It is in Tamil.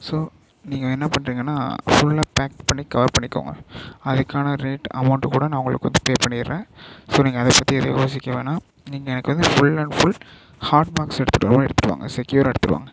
ஸோ நீங்கள் என்ன பண்றீங்கன்னால் ஃபுல்லாக பேக் பண்ணி கவர் பண்ணிக்கோங்க அதுக்கான ரேட் அமௌண்ட்டு கூட நான் உங்களுக்கு வந்து பே பண்ணிவிடுறேன் ஸோ நீங்கள் அதை பற்றி எதுவும் யோசிக்க வேணாம் நீங்கள் எனக்கு வந்து full and full hot box எடுத்துட்டு வராந்தாலும் எடுத்துட்டு வாங்க செக்யூராக எடுத்துட்டு வாங்க